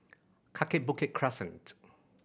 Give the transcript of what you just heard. Kaki Bukit Crescent